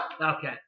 Okay